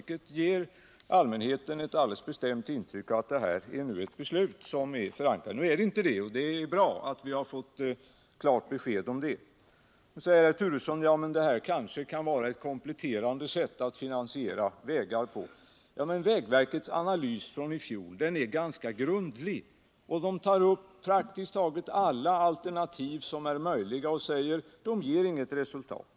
Det gav allmänheten ett alldeles bestämt intryck av att det var fråga om ett regeringsförankrat beslut. Nu är det inte så, och det är bra att vi har fått ett klart besked på den punkten. Herr Turesson säger att det här kanske kan vara ett kompletterande sätt att finansiera vägar på. Men vägverkets analys från i fjol är ganska grundlig. Man tar upp praktiskt taget alla möjliga alternativ och säger att de inte ger något resultat.